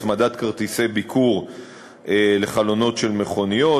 הצמדת כרטיסי ביקור לחלונות של מכוניות,